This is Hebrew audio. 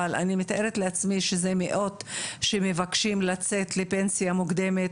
אבל אני מתארת לעצמי שזה מאות שמבקשים לצאת לפנסיה מוקדמת,